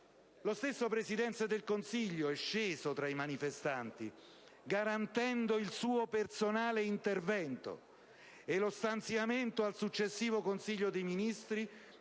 lo stesso Presidente è sceso tra i manifestanti garantendo il suo personale intervento e lo stanziamento al successivo Consiglio dei ministri